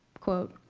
quote,